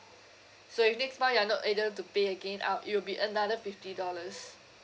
so if next month you are not able to pay again uh it will be another fifty dollars